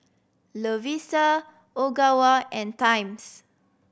Lovisa Ogawa and Times